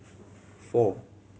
four